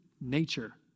nature